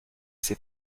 c’est